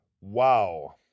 Wow